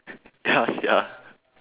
ya sia